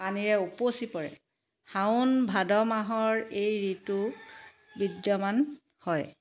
পানীৰে উপচি পৰে শাওন ভাদ মাহৰ এই ঋতু বিদ্যমান হয়